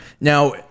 Now